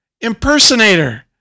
impersonator